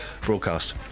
broadcast